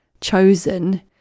chosen